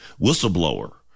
whistleblower